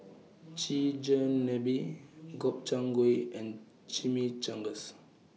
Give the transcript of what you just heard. Chigenabe Gobchang Gui and Chimichangas